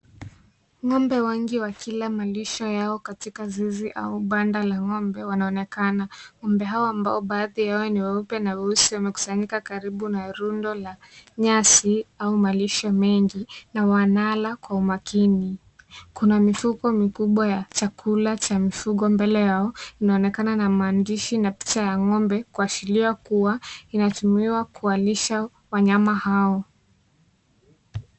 Ng'ombe wengi wakila malisho yao katika zizi au banda la ng'ombe wanaonekana. Ng'ombe hawa ambao baadhi yao ni weupe na weusi wamekusanyika karibu na rundo la nyasi au malisho mengi na wanala kwa umakini. Kuna mifuko mikubwa ya chakula cha mifugo mbele yao, inayoonekana na maandishi ya picha ya ng'ombe kuashiria kuwa inatumiwa kuwalisha wanyama hao.